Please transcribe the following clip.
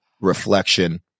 reflection